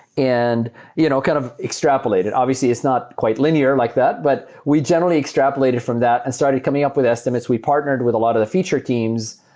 and you know kind of extrapolated. obviously, it's not quite linear like that, but we generally extrapolated from that and started coming up with estimates. we partnered with a lot of the feature teams,